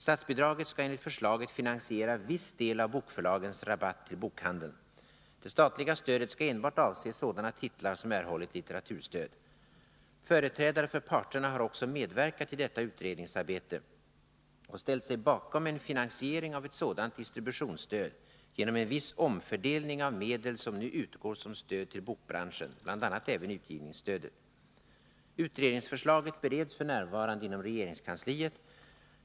Statsbidraget skall enligt förslaget finansiera viss del av bokförlagens rabatt till bokhandeln. Det statliga stödet skall enbart avse sådana titlar som erhållit litteraturstöd. Företrädare för parterna har också medverkat i detta utredningsarbete och ställt sig bakom en finansiering av ett sådant distributionsstöd genom en viss omfördelning av medel som nu utgår som stöd till bokbranschen, bl.a. även utgivningsstödet. Utredningsförslaget bereds f.n. inom regeringskansliet.